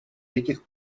этих